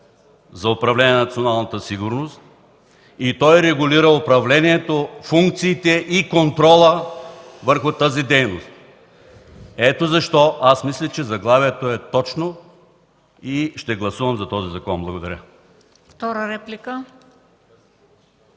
за управление на националната сигурност и той регулира управлението, функциите и контрола върху тази дейност. Ето защо аз мисля, че заглавието е точно и ще гласувам за този закон. Благодаря.